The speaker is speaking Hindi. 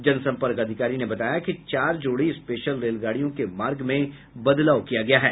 जनसंपर्क पदाधिकारी ने बताया कि चार जोड़ी स्पेशल रेलगाड़ियों के मार्ग में बदलाव किया गया है